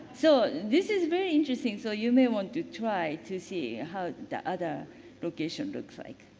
so this is very interesting. so you may want to try to see how the other location looks like.